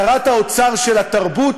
שרת האוצר של התרבות,